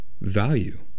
value